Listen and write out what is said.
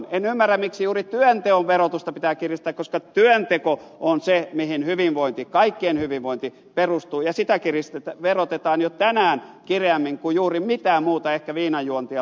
en ymmärrä miksi juuri työnteon verotusta pitää kiristää koska työnteko on se mihin hyvinvointi kaikkien hyvinvointi perustuu ja sitä verotetaan jo tänään kireämmin kuin juuri mitään muuta ehkä viinanjuontia lukuun ottamatta